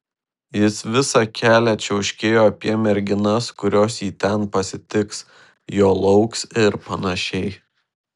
jis visą kelią čiauškėjo apie merginas kurios jį ten pasitiks jo lauks ir panašiai